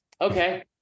Okay